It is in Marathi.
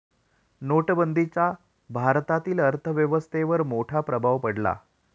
नोटबंदीचा भारतीय अर्थव्यवस्थेवर मोठा प्रभाव पडला